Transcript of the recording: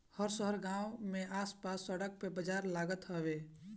हर शहर गांव में आस पास सड़क पे बाजार लागत हवे